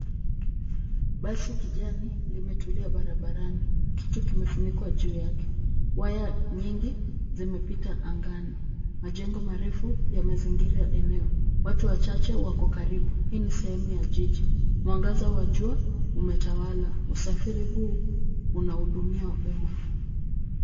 Basi kijani, limetulia barabarani. Kitu kimefunikwa juu yake. Waya nyingi, zimepita angani. Majengo marefu, yamezingira eneo. Watu wachache, wako karibu. Hii ni sehemu ya jiji. Mwangaza wa jua umetawala. Usafiri huu, unahudumia umma.